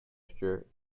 gesture